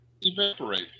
evaporate